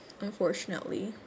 unfortunately